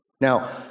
Now